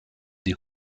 die